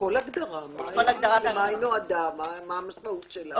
כל הגדרה, למה היא נועדה, מה המשמעות שלה.